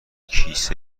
کیسه